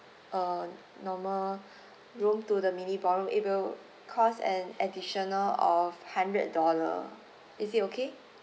uh normal room to the mini ballroom it will cost an additional of hundred dollars is it okay